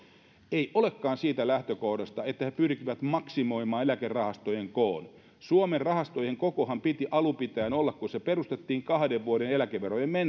ei olekaan siitä lähtökohdasta että he pyrkivät maksimoimaan eläkerahastojen koon suomen rahastojen koonhan piti alun pitäen kun se perustettiin olla kahden vuoden eläkemenojen